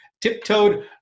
tiptoed